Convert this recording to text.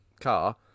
car